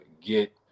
get